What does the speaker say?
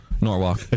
Norwalk